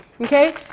okay